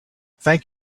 thank